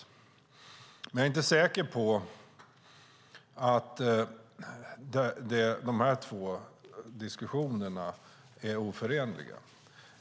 Jag är dock inte säker på att dessa båda diskussioner är oförenliga.